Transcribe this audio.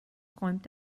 räumt